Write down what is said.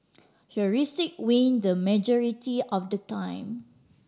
heuristic win the majority of the time